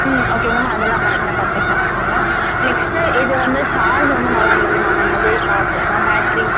ம் okay ma'am அதெல்லாம் கரெக்டாக பர்ஃபெக்டாக பண்ணிடலாம் நெக்ஸ்ட்டு இது வந்து சார்ஜு வந்து நல்லா நிற்குமா மேம் மொபைல் சார்ஜு ஏன்னா பேட்ரி